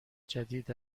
جدید